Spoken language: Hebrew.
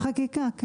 צריך חקיקה.